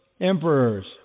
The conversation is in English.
emperors